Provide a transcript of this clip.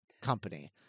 company